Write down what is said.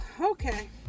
okay